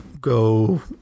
go